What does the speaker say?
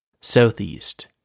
southeast